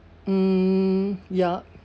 mm ya